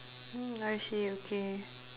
mm I see okay